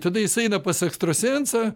tada jis eina pas ekstrasensą